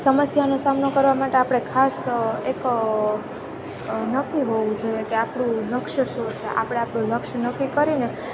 સમસ્યાનો સામનો કરવા માટે આપણે ખાસ એક નક્કી હોવું જોઈએ કે આપણું લક્ષ્ય શું છે આપણે આપણું લક્ષ્ય નક્કી કરીને